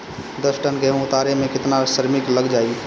दस टन गेहूं उतारे में केतना श्रमिक लग जाई?